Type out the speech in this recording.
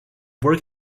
work